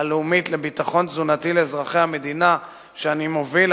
הלאומית לביטחון תזונתי לאזרחי המדינה שאני מוביל,